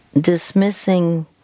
dismissing